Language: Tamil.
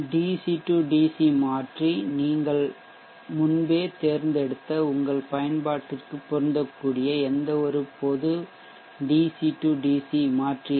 டிசி டிசி மாற்றி நீங்கள் முன்பே தேர்ந்தெடுத்த உங்கள் பயன்பாட்டிற்கு பொருந்தக்கூடிய எந்தவொரு பொது டிசி டிசி மாற்றி